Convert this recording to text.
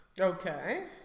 Okay